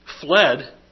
fled